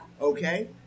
Okay